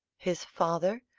his father,